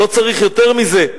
לא צריך יותר מזה.